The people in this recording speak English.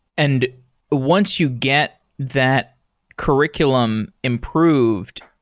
and once you get that curriculum improved,